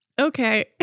Okay